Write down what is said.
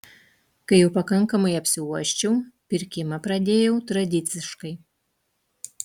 kai jau pakankamai apsiuosčiau pirkimą pradėjau tradiciškai